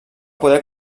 poder